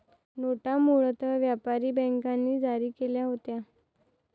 नोटा मूळतः व्यापारी बँकांनी जारी केल्या होत्या